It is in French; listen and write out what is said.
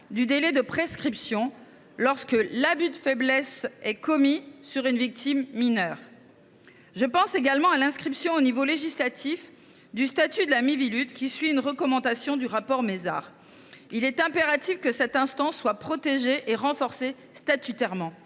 du délai de prescription lorsque l’abus de faiblesse est commis sur une victime mineure. Je pense également à l’inscription dans la loi du statut de la Miviludes, conformément à une recommandation du rapport Mézard. Il est impératif que cette instance soit protégée et renforcée statutairement.